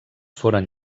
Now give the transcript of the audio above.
foren